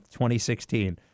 2016